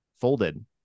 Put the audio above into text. folded